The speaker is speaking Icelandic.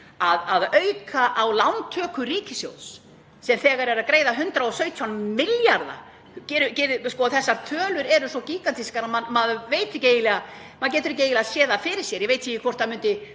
að auka á lántöku ríkissjóðs sem þegar er að greiða 117 milljarða í vexti — þessar tölur eru svo gígantískar að maður getur ekki eiginlega séð það fyrir sér. Ég veit ekki hvort það myndi